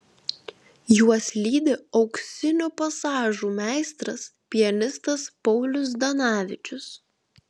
juos lydi auksinių pasažų meistras pianistas paulius zdanavičius